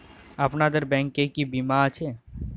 আপনাদের ব্যাংক এ কি কি বীমা আছে?